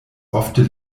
ofte